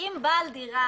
בעל דירה